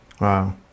Wow